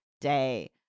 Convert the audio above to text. day